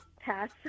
Pass